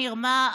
מרמה,